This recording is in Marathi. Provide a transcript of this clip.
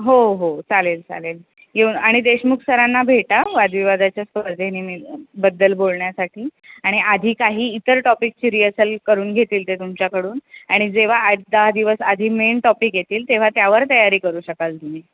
हो हो चालेल चालेल येऊन आणि देशमुख सरांना भेटा वादविवादाच्या स्पर्धेनिमित्त बद्दल बोलण्यासाठी आणि आधी काही इतर टॉपिकची रिअसल करून घेतील ते तुमच्याकडून आणि जेव्हा आठ दहा दिवस आधी मेन टॉपिक येतील तेव्हा त्यावर तयारी करू शकाल तुम्ही